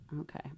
Okay